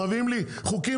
מביאים לי חוקים,